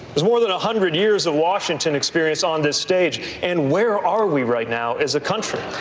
there's more than a hundred years of washington experience on this stage. and where are we right now as a country?